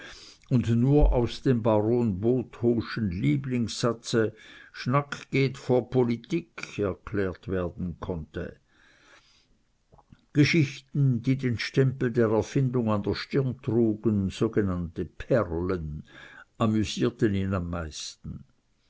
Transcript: und nur aus dem baron bothoschen lieblingssatze schnack gehe vor politik erklärt werden konnte geschichten die den stempel der erfindung an der stirn trugen sogenannte perlen amüsierten ihn am meisten